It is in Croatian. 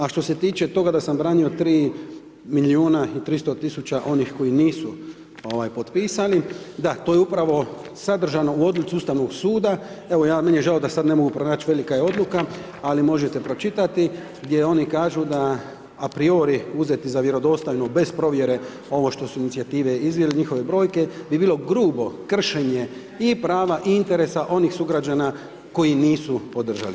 A što se tiče toga da sam branio 3 milijuna i 300 tisuća onih koji nisu potpisani, da, to je upravo sadržano u odluci Ustavnog suda, meni je žao da sada ne mogu pronaći, velika je odluka, ali možete pročitati, gdje oni kažu, da apriori uzeti za vjerodostojno, bez provjere, ovo što su inicijative izvele, njihove brojke, bi bilo grubo kršenje i prava i interesa onih sugrađana, koji nisu podržali.